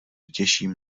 těším